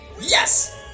yes